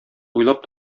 уйлап